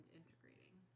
integrating